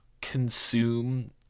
consume